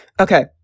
Okay